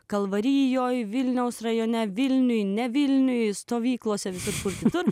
kalvarijoje vilniaus rajone vilniuje ne vilniuje stovyklose visur